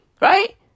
Right